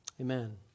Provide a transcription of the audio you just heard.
Amen